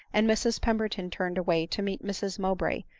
and mrs pemberton turned away to meet mrs mowbray,